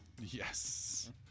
Yes